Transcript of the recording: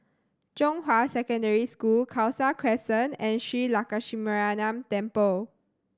Zhonghua Secondary School Khalsa Crescent and Shree Lakshminarayanan Temple